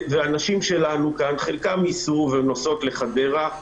הנשים שלנו כאן, חלקן ייסעו ונוסעות לחדרה,